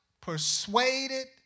persuaded